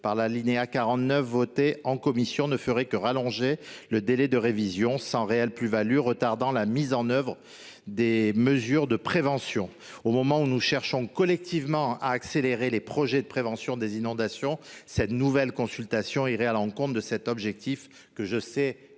par la commission, ne ferait qu’allonger le délai de révision sans réelle plus value, retardant d’autant la mise en œuvre des mesures de prévention. Au moment où nous cherchons collectivement à accélérer le déploiement des projets de prévention des inondations, cette nouvelle consultation irait à l’encontre d’un tel objectif que je sais – ou